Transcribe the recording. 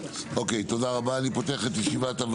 אוקיי, אני פותח את ישיבת